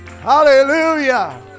Hallelujah